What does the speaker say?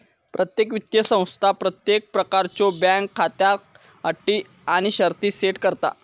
प्रत्येक वित्तीय संस्था प्रत्येक प्रकारच्यो बँक खात्याक अटी आणि शर्ती सेट करता